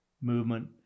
movement